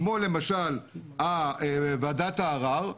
כמו למשל ועדת הערר,